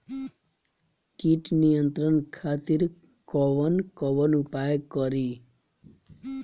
कीट नियंत्रण खातिर कवन कवन उपाय करी?